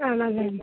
ആണല്ലേ